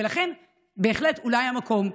ולכן בהחלט אולי המקום,